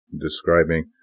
describing